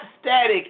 static